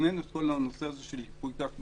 שתכנן את כל הנושא הזה של ייפוי כוח מתמשך,